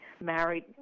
married